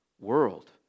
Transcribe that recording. world